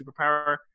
superpower